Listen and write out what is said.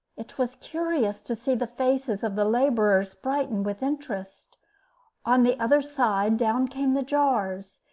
it was curious to see the faces of the laborers brighten with interest on the other side down came the jars,